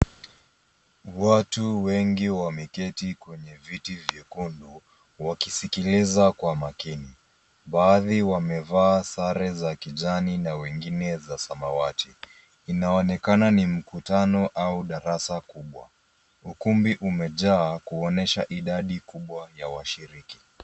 Watu wengi wameketi kwenye viti vyekundu wakisikiliza kwa makini. Baadhi wamevaa sare za kijani na wengine za samawati. Inaonekana ni mkutano au darasa kubwa. Ukumbi umejaa kuonyesha idadi kubwa ya washiriki.